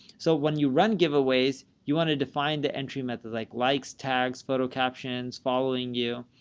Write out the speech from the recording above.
so when you run giveaways, you want to define the entry methods like likes tags, photo captions, following you.